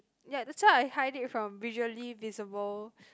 ya that's why I hide it from visually visible